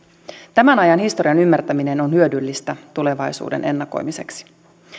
tämän ajan historian ymmärtäminen on hyödyllistä tulevaisuuden ennakoimiseksi